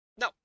No